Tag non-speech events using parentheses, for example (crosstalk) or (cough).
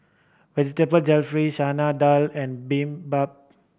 Vegetable Jalfrezi Chana Dal and (unintelligible)